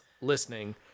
listening